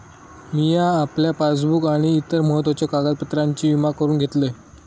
मिया आपल्या पासबुक आणि इतर महत्त्वाच्या कागदपत्रांसाठी विमा करून घेतलंय